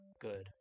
good